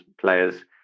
players